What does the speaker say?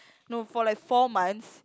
no for like four months